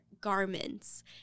garments